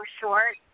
short